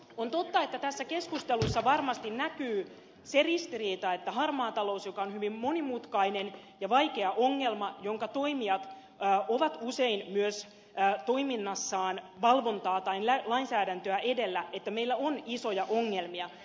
on totta että tässä keskustelussa varmasti näkyy se ristiriita että harmaassa taloudessa joka on hyvin monimutkainen ja vaikea ongelma jonka toimijat ovat usein myös toiminnassaan valvontaa tai lainsäädäntöä edellä meillä on isoja ongelmia